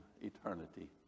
eternity